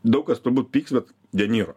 daug kas turbūt pyks bet deniro